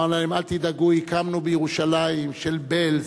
אמרנו להם: אל תדאגו, הקמנו בירושלים, של בעלז,